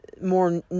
more